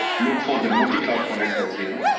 look for the multi-cloud connectors you know